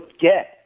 get